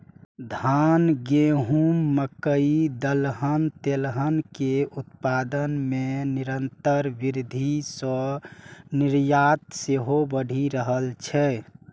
धान, गहूम, मकइ, दलहन, तेलहन के उत्पादन मे निरंतर वृद्धि सं निर्यात सेहो बढ़ि रहल छै